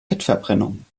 fettverbrennung